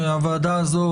שהוועדה הזו,